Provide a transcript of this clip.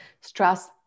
stress